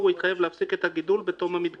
הוא יתחייב להפסיק את הגידול בתום המדגר,